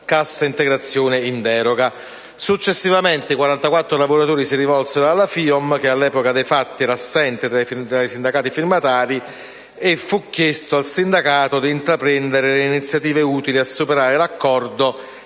cassa integrazione in deroga. Successivamente, i 44 lavoratori si rivolsero alla FIOM che, all'epoca dei fatti, era assente dai sindacati firmatari e fu chiesto al sindacato di intraprendere le iniziative utili a superare l'accordo